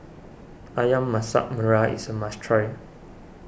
Ayam Masak Merah is a must try